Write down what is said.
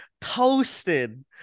toasted